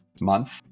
month